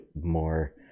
more